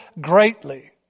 greatly